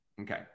okay